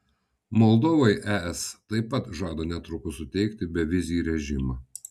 moldovai es taip pat žada netrukus suteikti bevizį režimą